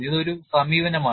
ഇത് ഒരു സമീപനമാണ്